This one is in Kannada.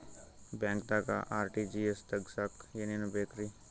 ಬ್ಯಾಂಕ್ದಾಗ ಆರ್.ಟಿ.ಜಿ.ಎಸ್ ತಗ್ಸಾಕ್ ಏನೇನ್ ಬೇಕ್ರಿ?